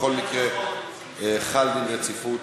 אני קובע כי הוחל דין רציפות